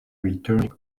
returning